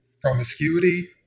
promiscuity